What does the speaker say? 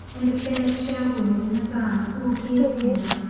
and a bad shell wound in his arm, all healed now,